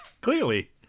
clearly